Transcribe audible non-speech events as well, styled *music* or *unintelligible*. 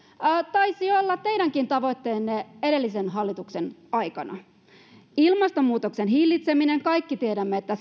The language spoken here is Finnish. taisi olla teidänkin tavoitteenne edellisen hallituksen aikana ilmastonmuutoksen hillitseminen kaikki tiedämme että *unintelligible*